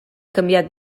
canviat